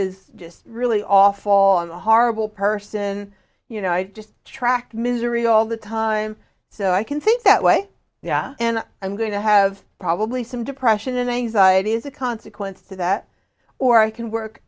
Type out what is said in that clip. is just really awful all of the horrible person you know i just tracked misery all the time so i can think that way yeah and i'm going to have probably some depression and anxiety as a consequence to that or i can work